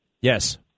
Yes